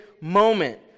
moment